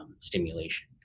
stimulation